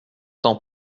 temps